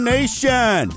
Nation